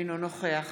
אינו נוכח